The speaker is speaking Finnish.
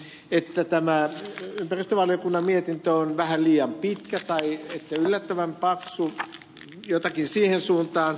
sasi sanoi täällä aikaisemmin että tämä ympäristövaliokunnan mietintö on vähän liian pitkä tai ehkä yllättävän paksu jotakin siihen suuntaan